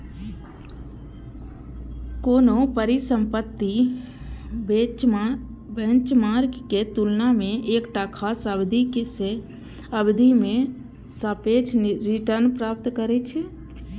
कोनो परिसंपत्ति बेंचमार्क के तुलना मे एकटा खास अवधि मे सापेक्ष रिटर्न प्राप्त करै छै